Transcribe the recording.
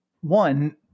one